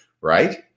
right